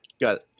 got